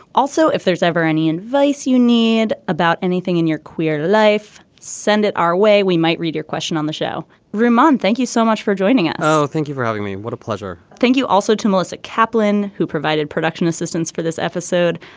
also if there's ever any advice you need about anything in your queer life. send it our way we might read your question on the show remand. thank you so much for joining us. oh thank you for having me. what a pleasure. thank you also to melissa kaplan who provided production assistance for this episode.